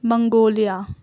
Mongolia